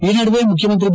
ಈ ನಡುವೆ ಮುಖ್ಯಮಂತ್ರಿ ಬಿ